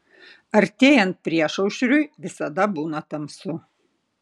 artėjant priešaušriui visada būna tamsu